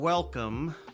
welcome